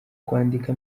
kwandika